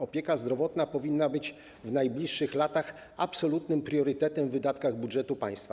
Opieka zdrowotna powinna być w najbliższych latach absolutnym priorytetem w wydatkach budżetu państwa.